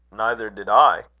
neither did i,